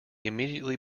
immediately